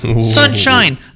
Sunshine